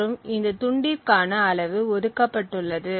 மற்றும் இந்த துண்டிற்க்கான அளவு ஒதுக்கப்பட்டுள்ளது